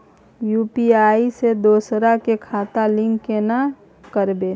UPI से दोसर के खाता लिंक केना करबे?